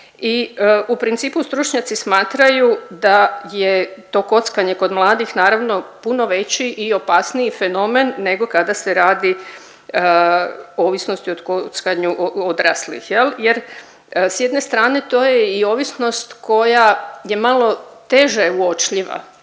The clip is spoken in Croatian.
i u principu stručnjaci smatraju da je to kockanje kod mladih naravno puno veći i opasniji fenomen nego kada se radi ovisnosti o kockanju odraslih. Jer s jedne strane to je i ovisnost koja je malo teže uočljiva.